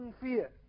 fear